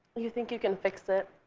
you think you can fix it.